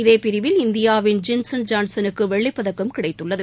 இதேபிரிவில் இந்தியாவின் ஜின்சன் ஜான்சனுக்குவெள்ளிப்பதக்கம் கிடைத்துள்ளது